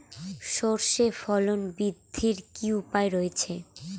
সর্ষের ফলন বৃদ্ধির কি উপায় রয়েছে?